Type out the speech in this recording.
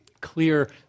clear